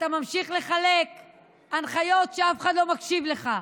אתה ממשיך לחלק הנחיות כשאף אחד לא מקשיב לך,